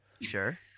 Sure